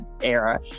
era